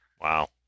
Wow